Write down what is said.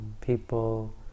people